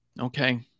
okay